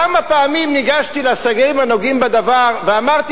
כמה פעמים ניגשתי לשרים הנוגעים בדבר ואמרתי